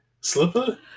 slipper